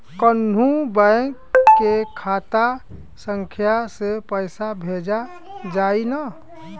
कौन्हू बैंक के खाता संख्या से पैसा भेजा जाई न?